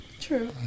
True